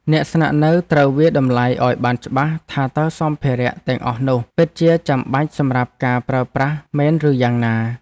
អ្នកស្នាក់នៅត្រូវវាយតម្លៃឱ្យបានច្បាស់ថាតើសម្ភារៈទាំងអស់នោះពិតជាចាំបាច់សម្រាប់ការប្រើប្រាស់មែនឬយ៉ាងណា។